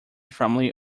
family